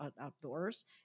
outdoors